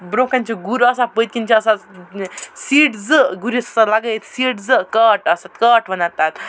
برونٛہہ کنہ چھُ گُر آسان پٔتکِن چھ آسان سیٖٹ زٕ گُرِس آسان لَگٲیِتھ سیٹ زٕ کارٹَس سۭتۍ کارٹ ونان تتھ